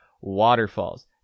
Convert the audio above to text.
waterfalls